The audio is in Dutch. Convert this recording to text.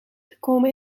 gekomen